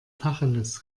tacheles